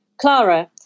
Clara